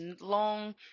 long